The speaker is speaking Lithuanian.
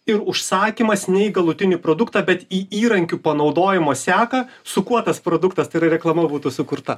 ir užsakymas ne į galutinį produktą bet į įrankių panaudojimo seką su kuo tas produktas tai yra reklama būtų sukurta